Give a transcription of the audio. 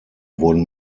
wurden